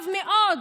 טוב מאוד,